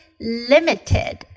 limited